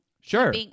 Sure